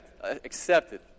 accepted